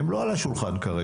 הם לא על השולחן כרגע.